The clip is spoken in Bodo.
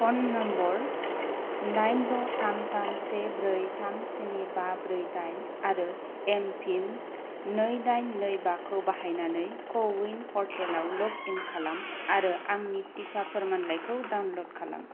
फ'न नम्बर दाइन द थाम थाम से ब्रै थाम स्नि बा ब्रै दाइन आरो एमपिन नै दाइन नै बाखौ बाहायनानै क' विन प'र्टेलाव ल'ग इन खालाम आरो आंनि टिका फोरमानलाइखौ डाउनल'ड खालाम